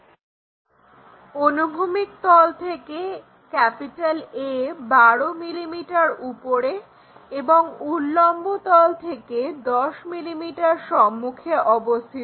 এবং অনুভূমিক তল থেকে A12 mm উপরে এবং উল্লম্ব তল থেকে 10 mm সম্মুখে অবস্থিত